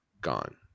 gone